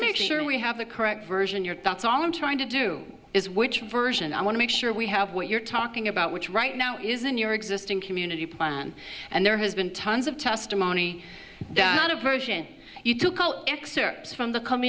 make sure we have the correct version your thoughts on trying to do is which version i want to make sure we have what you're talking about which right now is in your existing community and there has been tons of testimony version you took excerpts from the com